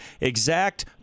exact